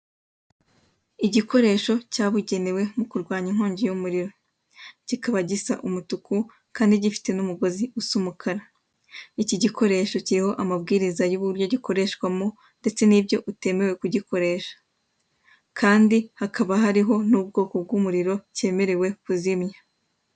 Igikoresho cyabugenwe kurwanya inkogi y'umuriro kikaba gisa umutuku kandi gifite umugozi w'umukara ikigikoresha kiriho amabwiriza yuburyo gikoreshwamo ndetse nibyo utemewe kugikoresha kandi hakaba hariho n'ubwoko bw'umuriro kemerewe kuzimya.